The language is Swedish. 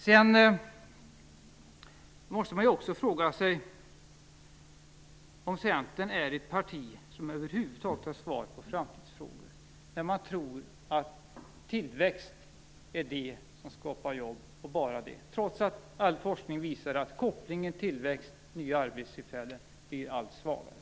Man måste också fråga sig om Centern är ett parti som över huvud taget har svar på framtidsfrågor, när man tror att tillväxt och bara tillväxt är det som skapar jobb, trots att all forskning visar att kopplingen tillväxt-nya arbetstillfällen blir allt svagare.